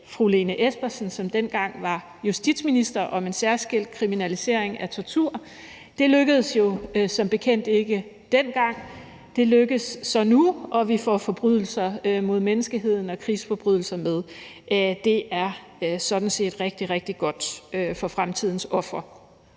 fru Lene Espersen, som dengang var justitsminister, om en særskilt kriminalisering af tortur. Det lykkedes jo som bekendt ikke dengang. Det lykkes så nu, og vi får forbrydelser mod menneskeheden og krigsforbrydelser med, og det er sådan set rigtig, rigtig godt for fremtidens ofre.